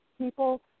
people